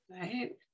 right